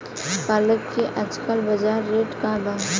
पालक के आजकल बजार रेट का बा?